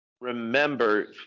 remember